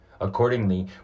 Accordingly